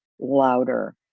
louder